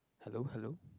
hello hello